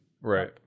right